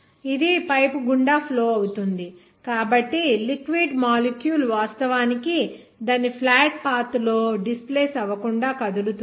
ఇది పైపు గుండా ఫ్లో అవుతుంది కాబట్టి లిక్విడ్ మాలిక్యూల్ వాస్తవానికి దాని ఫ్లాట్ పాత్ లో డిస్ప్లేస్ అవకుండా కదులుతుంటే